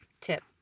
tip